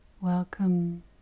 Welcome